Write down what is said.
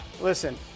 Listen